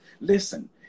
listen